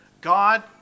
God